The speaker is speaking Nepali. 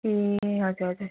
ए हजुर हजुर